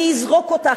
אני אזרוק אותך,